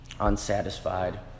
unsatisfied